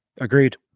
Agreed